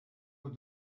with